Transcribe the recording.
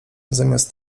zamiast